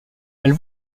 elle